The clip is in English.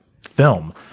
film